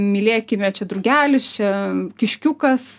mylėkime čia drugelis čia kiškiukas